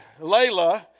Layla